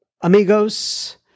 amigos